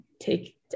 take